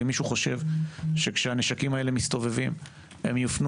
ואם מישהו חושב שכשהנשקים האלה מסתובבים הם יופנו